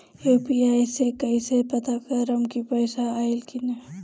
UPI से कईसे पता करेम की पैसा आइल की ना?